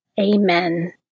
Amen